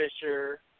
Fisher